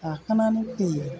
गाखोनानै फैयो